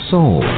Soul